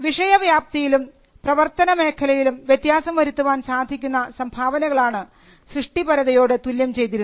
വിഷയ വ്യാപ്തിയിലും പ്രവർത്തന മേഖലയിലും വ്യത്യാസം വരുത്തുവാൻ സാധിക്കുന്ന സംഭാവനകളാണ് സൃഷ്ടിപരതയോട് തുല്യം ചെയ്തിരുന്നത്